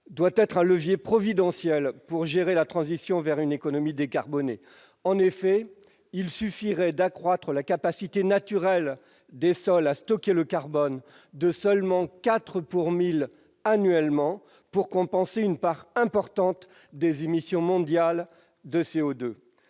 doit être un levier providentiel pour gérer la transition vers une économie décarbonée. En effet, il suffirait d'accroître la capacité naturelle des sols à stocker le carbone de seulement 4 pour 1000 annuellement pour compenser une part importante des émissions mondiales de CO2.